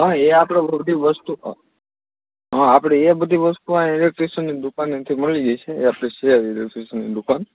હા એ આપણે બધી વસ્તુઓ હા આપણે એ બધી વસ્તુઓ અહીં ઇલેક્ટ્રિશિયનની દુકાનેથી મળી જશે એ આપણે છે ઇલેક્ટ્રિશિયનની દુકાન